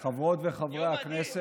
אביר,